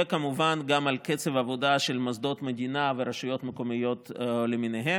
וכמובן גם על קצב העבודה של מוסדות מדינה ורשויות מקומיות למיניהם,